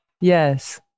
Yes